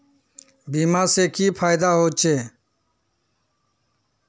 बीमा से की फायदा होते?